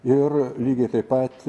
ir lygiai taip pat